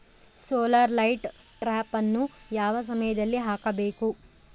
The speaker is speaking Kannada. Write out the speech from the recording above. ಸೋಲಾರ್ ಲೈಟ್ ಟ್ರಾಪನ್ನು ಯಾವ ಸಮಯದಲ್ಲಿ ಹಾಕಬೇಕು?